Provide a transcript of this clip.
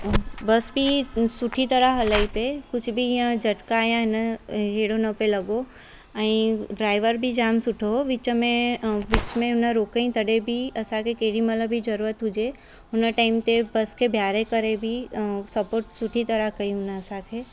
ऐं बस बि सुठी तरह हलई पई कुझु बि हीअं झटका या इहे न इहे अहिड़ो न पियो लॻो ऐं ड्राइवर बी जाम सुठो हुओ विच में विच में हुन रोकईं तॾहिं बी असांखे केॾी महिल बि ज़रूरत हुजे हुन टाइम ते बस खे बिहारे करे बि सपोट सुठी तरह कईं हुन असांखे